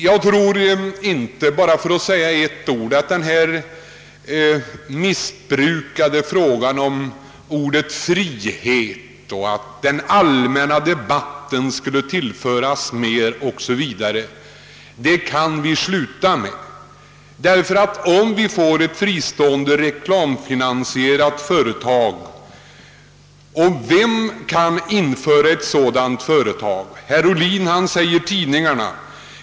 Jag tror att vi bör sluta med att i detta sammanhang missbruka ordet frihet och talet om att den allmänna debatten skulle tillföras något värdefullt genom ett fristående reklamfinansierat radiooch TV-företag. Vem kan starta ett sådant företag? Herr Ohlin svarar »tidningarna».